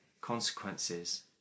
consequences